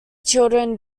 children